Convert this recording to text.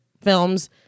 films